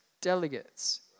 delegates